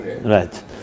Right